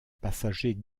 passager